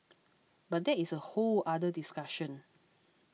but that is a whole other discussion